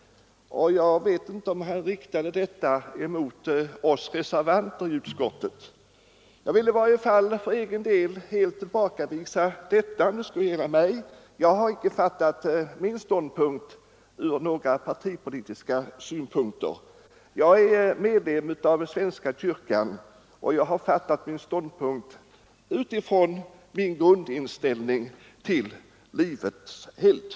Jag vet inte om det uttalandet riktades till oss reservanter i utskottet. Jag vill i varje fall för egen del helt tillbakavisa det, om det skulle gälla mig. Jag har inte fattat ståndpunkt med hänsyn till några partipolitiska skäl. Jag är medlem av svenska kyrkan, och jag har fattat ståndpunkt utifrån min grundinställning om livets helgd.